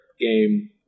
Game